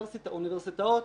אוניברסיטאות.